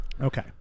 Okay